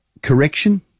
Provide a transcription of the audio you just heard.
correction